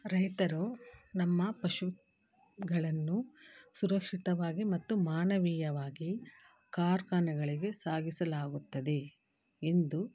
ರೈತರು ನಮ್ಮ ಪಶುಗಳನ್ನು ಸುರಕ್ಷಿತವಾಗಿ ಮತ್ತು ಮಾನವೀಯವಾಗಿ ಕಾರ್ಖಾನೆಗಳಿಗೆ ಸಾಗಿಸಲಾಗುತ್ತದೆ ಎಂದು